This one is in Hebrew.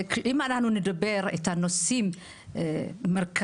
אם אנחנו נדבר על הנושאים המרכזיים,